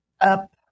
up